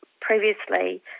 previously